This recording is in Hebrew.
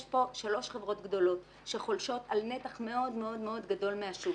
יש כאן שלוש חברות גדולות שחולשות על נתח מאוד מאוד גדול מהשוק.